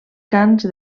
cants